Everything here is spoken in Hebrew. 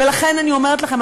ולכן אני אומרת לכם,